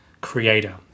Creator